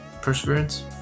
Perseverance